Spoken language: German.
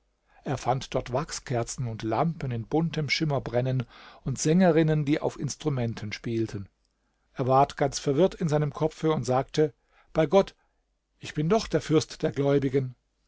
er fand dort wachskerzen und lampen in buntem schimmer brennen und sängerinnen die auf instrumenten spielten er ward ganz verwirrt in seinem kopfe und sage bei gott ich bin doch der fürst der gläubigen